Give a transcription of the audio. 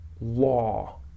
law